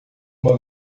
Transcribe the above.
uma